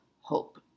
hope